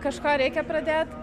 kažko reikia pradėt